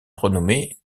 renommée